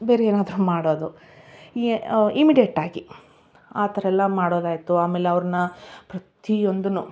ಬೇರೆ ಏನಾದರೂ ಮಾಡೋದು ಎ ಇಮ್ಮಿಡಿಯೆಟಾಗಿ ಆ ಥರ ಎಲ್ಲ ಮಾಡೋದಾಯಿತು ಆಮೇಲೆ ಅವ್ರನ್ನ ಪ್ರತಿಯೊಂದೂ